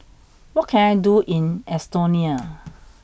what can I do in Estonia